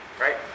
right